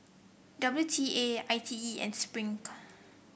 W T A I T E and Spring